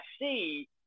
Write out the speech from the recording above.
see